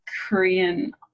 Korean